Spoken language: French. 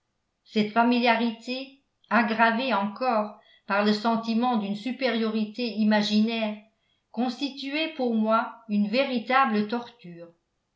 cette familiarité aggravée encore par le sentiment d'une supériorité imaginaire constituait pour moi une véritable torture